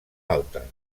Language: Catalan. alta